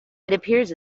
appears